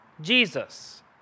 Jesus